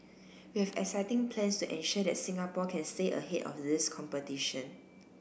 we have exciting plans to ensure that Singapore can stay ahead of this competition